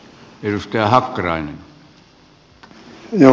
arvoisa puhemies